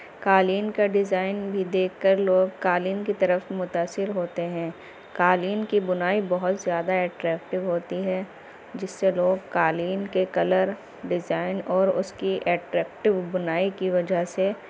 قالین کا ڈیزائن بھی دیکھ کر لوگ قالین کی طرف متاثر ہوتے ہیں قالین کی بنائی بہت زیادہ اٹریکٹیو ہوتی ہے جس سے لوگ قالین کے کلر ڈیزائن اور اس کے اٹریکٹیو بنائی کی وجہ سے